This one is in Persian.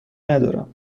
ندارم